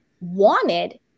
wanted